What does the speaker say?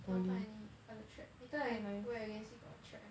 cannot find any other thread later I wear again see got thread or not